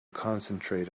concentrate